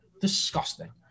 Disgusting